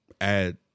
add